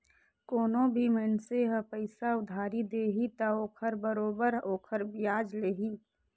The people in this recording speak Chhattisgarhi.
कोनो भी मइनसे ह पइसा उधारी दिही त ओखर बरोबर ओखर बियाज लेही